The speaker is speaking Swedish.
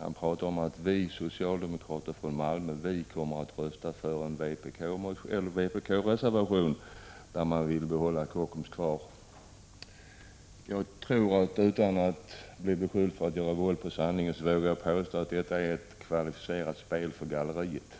Han sade att ”vi socialdemokrater från Malmö kommer att rösta för en vpk-reservation där man vill ha Kockums kvar”. Utan att bli beskylld för att göra våld på sanningen vågar jag påstå att detta är ett kvalificerat spel för galleriet.